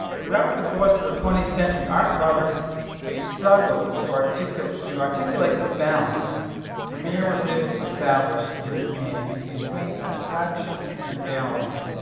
throughout the course of the twentieth century, art lovers have struggled to articulate to articulate the balance vermeer was able to establish in his paintings between abstraction and reality,